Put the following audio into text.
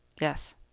Yes